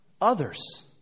Others